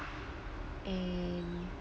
and